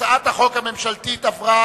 עברה